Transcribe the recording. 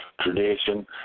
tradition